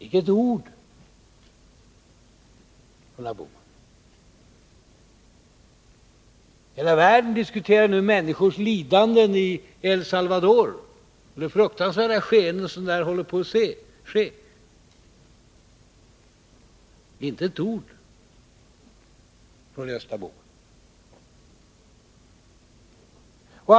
Icke ett ord från herr Bohman! Hela världen diskuterar nu människors lidanden i El Salvador och det fruktansvärda som där håller på att ske. Inte ett ord från herr Bohman!